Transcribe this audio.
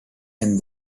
and